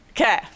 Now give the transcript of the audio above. Okay